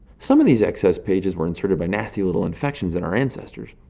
some of these excess pages were inserted by nasty little infections in our ancestors,